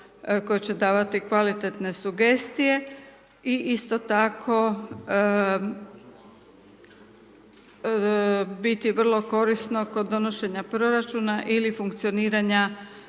koje će davati kvalitetne sugestije i isto tako, biti vrlo korisno kod donošenja proračuna, ili funkcioniranja